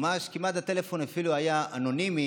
ממש, הוא אפילו היה אנונימי,